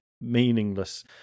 meaningless